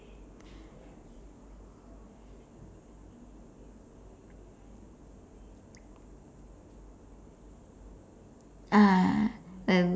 ah